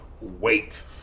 wait